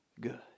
good